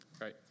Right